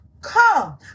Come